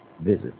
Visit